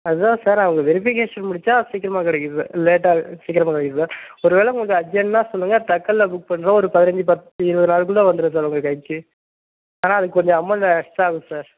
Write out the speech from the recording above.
அதுதான் சார் அவங்க வெரிஃபிகேஷன் முடித்தா சீக்கிரமாக கிடைக்கும் சார் லேட்டாக சீக்கிரமாக கிடைக்கும் சார் ஒரு வேளை உங்களுக்கு அர்ஜண்ட்னால் சொல்லுங்கள் தக்கலில் புக் பண்ணுறோம் ஒரு பதினைஞ்சு பத்து இருபது நாளுக்குள்ளே வந்துடும் சார் உங்கள் கைக்கு ஆனால் அதுக்கு கொஞ்சம் அமௌண்ட்டு எக்ஸ்ட்ரா ஆகும் சார்